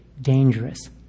dangerous